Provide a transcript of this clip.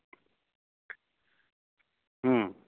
ᱦᱩᱸ